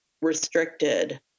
restricted